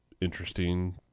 interesting